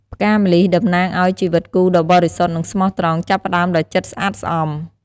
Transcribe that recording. ផ្កាម្លិះ តំណាងអោយ ជីវិតគូដ៏បរិសុទ្ធ និងស្មោះត្រង់ ចាប់ផ្តើមដោយចិត្តស្អាតស្អំ ។